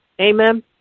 amen